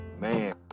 Man